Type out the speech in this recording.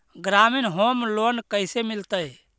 ग्रामीण home loan कैसे मिलतै?